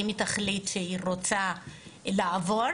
אם היא תחליט שהיא רוצה לעבור,